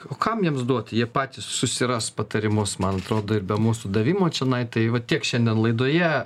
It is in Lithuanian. o kam jiems duot jie patys susiras patarimus man atrodo ir be mūsų davimo čionai tai va tiek šiandien laidoje